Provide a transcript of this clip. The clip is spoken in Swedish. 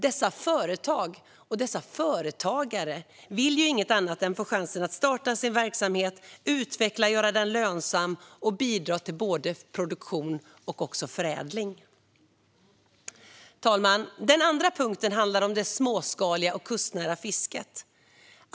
Dessa företag och företagare vill ju inget annat än att få chansen att starta sin verksamhet, utveckla och göra den lönsam och bidra till både produktion och förädling. Fru talman! Den andra punkten handlar om det småskaliga och kustnära fisket.